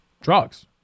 drugs